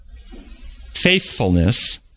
faithfulness